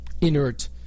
inert